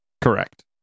Correct